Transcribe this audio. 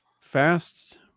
fast